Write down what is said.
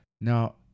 Now